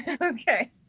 Okay